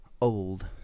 old